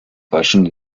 deutschland